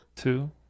Two